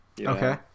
Okay